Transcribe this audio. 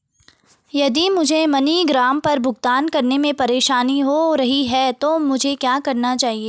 यदि मुझे मनीग्राम पर भुगतान करने में परेशानी हो रही है तो मुझे क्या करना चाहिए?